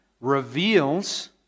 reveals